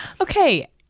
Okay